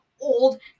old